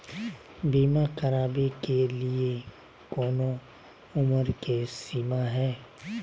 बीमा करावे के लिए कोनो उमर के सीमा है?